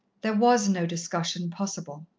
there was no discussion possible.